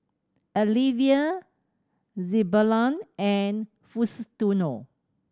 Alivia Zebulon and Faustino